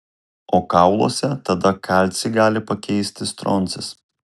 o kauluose tada kalcį gali pakeisti stroncis